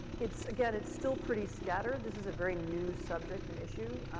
it's, again, it's still pretty scattered. this is a very new subject and issue.